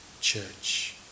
church